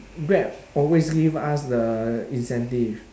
grab always give us the incentive